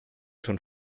schon